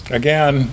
again